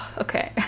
Okay